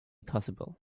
possible